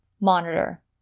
Monitor